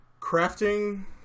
crafting